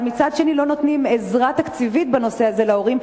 אבל מצד שני לא נותנים עזרה תקציבית בנושא הזה להורים,